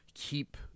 keep